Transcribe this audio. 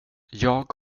jag